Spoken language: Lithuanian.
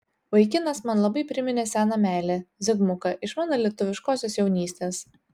vaikinas man labai priminė seną meilę zigmuką iš mano lietuviškosios jaunystės